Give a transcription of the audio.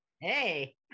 hey